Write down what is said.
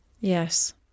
Yes